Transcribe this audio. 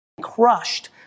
crushed